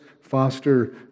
foster